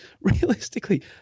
realistically